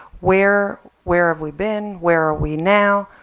where where have we been? where are we now?